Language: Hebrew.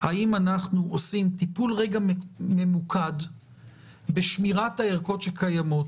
האם אנחנו עושים טיפול ממוקד בשמירת הערכות שקיימות,